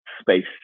space